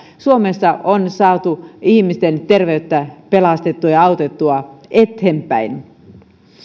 suomessa on saatu ihmisten terveyttä pelastettua ja autettua eteenpäin